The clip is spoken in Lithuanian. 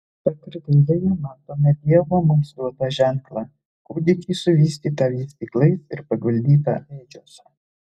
prakartėlėje matome dievo mums duotą ženklą kūdikį suvystytą vystyklais ir paguldytą ėdžiose